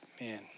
man